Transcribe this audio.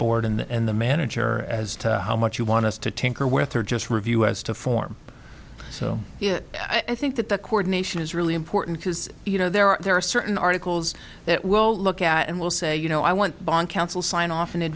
board and the manager as to how much you want us to tinker with or just review as to form so i think that the coordination is really important because you know there are there are certain articles that will look at and will say you know i want bon counsel sign off i